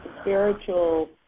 spiritual